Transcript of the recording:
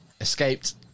escaped